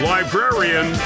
Librarian